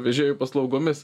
vežėjų paslaugomis